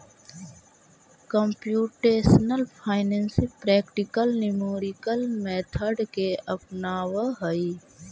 computational finance practical numerical method के अपनावऽ हई